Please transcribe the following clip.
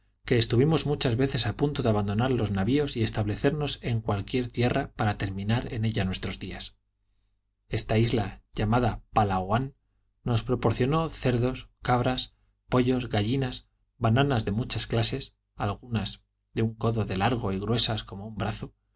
que estuvimos muchas veces a punto de abandonar los navios y establecernos en cualquier tierra para terminar en ella nuestros días esta isla llamada palab nos proporcionó cerdos cabras pollos gallinas bananas de muchas clases algunas de un codo de largo y gruesas como un brazo